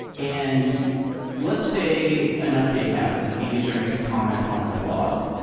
and let's say an update happens, like a user makes a comment on my blog.